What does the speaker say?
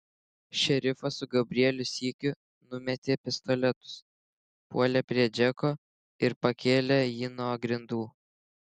šerifas su gabrielių sykiu numetė pistoletus puolė prie džeko ir pakėlė jį nuo grindų